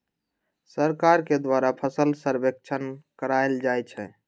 सरकार के द्वारा फसल सर्वेक्षण करायल जाइ छइ